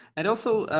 and also,